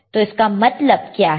तो इसका मतलब क्या है